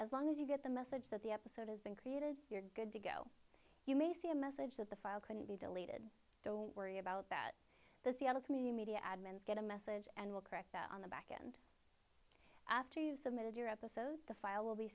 as long as you get the message that the episode has been created you're good to go you may see a message that the file couldn't be deleted don't worry about that the seattle community media admins get a message and will correct that on the back and after you've submitted your episode the file will be